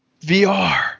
VR